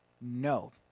no